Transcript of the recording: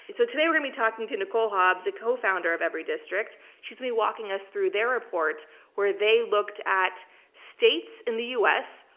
so today we're gonna be talking to nicole hobbs, a co-founder of everydistrict. she's gonna be walking us through their report where they looked at states in the u. s.